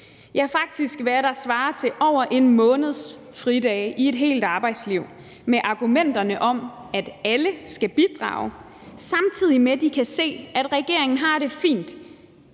ja, faktisk, hvad der svarer til over en måneds fridage i et helt arbejdsliv, med argumenterne om, at alle skal bidrage, samtidig med at de kan se, at regeringen har det fint